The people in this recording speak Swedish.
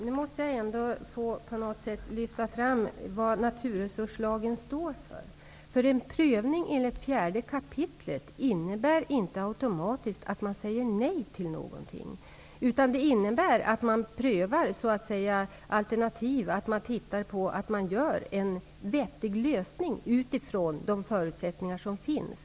Herr talman! Jag måste ändå lyfta fram vad naturresurslagen står för. En prövning enligt 4 kap. innebär nämligen inte att man automatiskt säger nej. I stället innebär en sådan här prövning att man tittar på olika alternativ och presenterar en vettig lösning utifrån de förutsättningar som finns.